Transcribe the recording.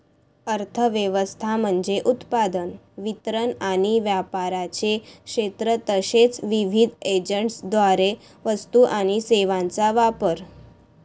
अर्थ व्यवस्था म्हणजे उत्पादन, वितरण आणि व्यापाराचे क्षेत्र तसेच विविध एजंट्सद्वारे वस्तू आणि सेवांचा वापर